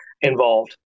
involved